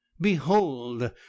behold